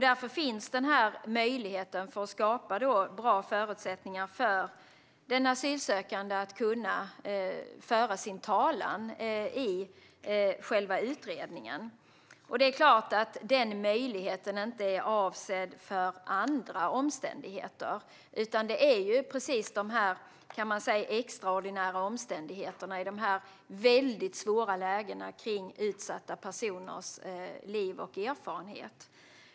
Därför finns denna möjlighet för att skapa bra förutsättningar för den asylsökande att föra sin talan i själva utredningen. Den möjligheten är inte avsedd för andra omständigheter utan just för de extraordinära omständigheterna i sådana här väldigt svåra lägen när det gäller utsatta personers liv och erfarenhet.